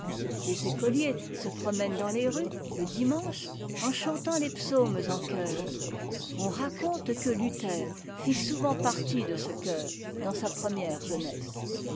les écoliers se promènent dans les rues le dimanche en chantant les psaumes en choeur on raconte que luther fit souvent partie de ce chœur dans sa première jeunesse